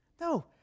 No